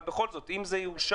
אבל בכל זאת אם זה יאושר